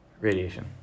Radiation